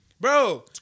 Bro